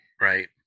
right